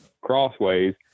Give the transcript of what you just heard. crossways